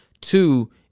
two